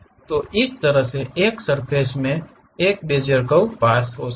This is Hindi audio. तो इस तरह से एक सर्फ़ेस मे से एक बेजियर कर्व पास करें